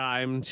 Time